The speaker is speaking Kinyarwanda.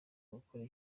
gukora